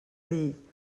dir